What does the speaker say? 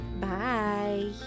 Bye